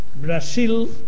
Brazil